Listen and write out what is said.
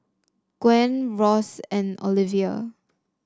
Gwen Ross and Ovila